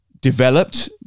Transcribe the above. developed